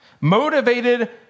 Motivated